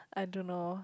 I don't know